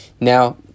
Now